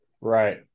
Right